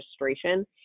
registration